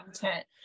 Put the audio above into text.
content